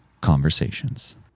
conversations